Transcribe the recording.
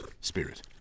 Spirit